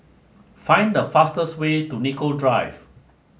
find the fastest way to Nicoll Drive